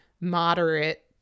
moderate